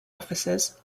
officers